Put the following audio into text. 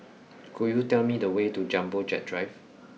could you tell me the way to Jumbo Jet Drive